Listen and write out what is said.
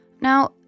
Now